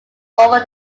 over